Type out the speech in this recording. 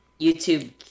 YouTube